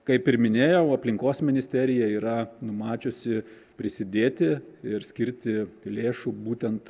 kaip ir minėjau aplinkos ministerija yra numačiusi prisidėti ir skirti lėšų būtent